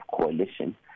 coalition